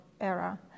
era